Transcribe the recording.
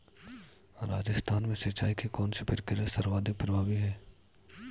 राजस्थान में सिंचाई की कौनसी प्रक्रिया सर्वाधिक प्रभावी है?